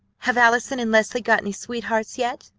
have allison and leslie got any sweethearts yet?